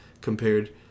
compared